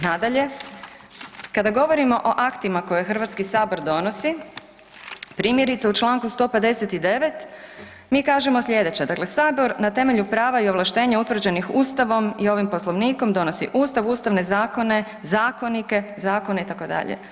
Nadalje, kada govorimo o aktima koje Hrvatski sabor donosi, primjerice u Članku 159. mi kažemo slijedeće, dakle, sabor na temelju prava i ovlaštenja utvrđenim Ustavom i ovim Poslovnikom, donosi ustav, ustavne zakone, zakonike, zakone itd.